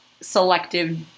selective